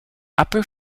upper